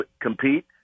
compete